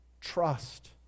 trust